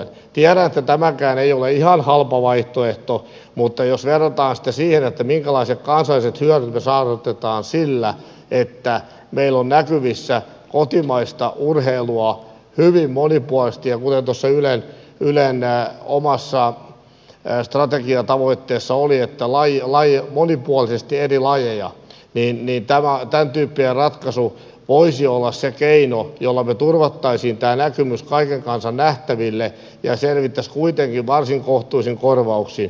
tiedän että tämäkään ei ole ihan halpa vaihtoehto mutta jos verrataan sitä siihen minkälaiset kansalliset hyödyt me saavutamme sillä että meillä on näkyvissä kotimaista urheilua hyvin monipuolisesti kuten tuossa ylen omassa strategiatavoitteessa oli että monipuolisesti eri lajeja niin tämäntyyppinen ratkaisu voisi olla se keino jolla me turvaisimme tämän näkyvyyden kaiken kansan nähtäville ja selviäisimme kuitenkin varsin kohtuullisin korvauksin